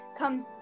comes